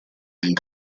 and